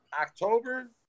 October